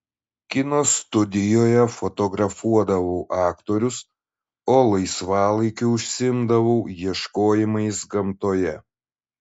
kino studijoje fotografuodavau aktorius o laisvalaikiu užsiimdavau ieškojimais gamtoje